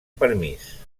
permís